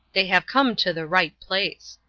they have come to the right place.